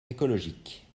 écologique